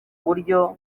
buryo